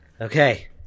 Okay